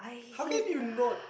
how can you not